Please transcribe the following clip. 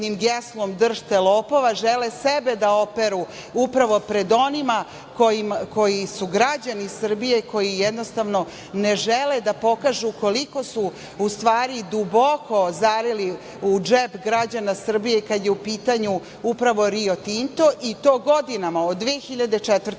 jednim geslom „držte lopova“ žele sebe da operu pred onima koji su građani Srbije i koji jednostavno ne žele da pokažu koliko su u stvari duboko zarili u džep građana Srbije i kada je u pitanju upravo „Rio Tinto“, i to godinama od 2004.